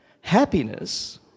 happiness